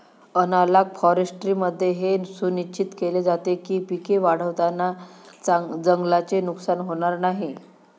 analogue फॉरेस्ट्रीमध्ये हे सुनिश्चित केले जाते की पिके वाढवताना जंगलाचे नुकसान होणार नाही